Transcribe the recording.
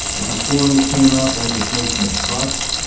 at the forum it came up, this notion of trust,